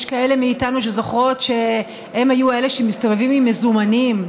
יש כאלה מאיתנו שזוכרות שהם היו אלה שמסתובבים עם מזומנים,